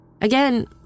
Again